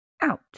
out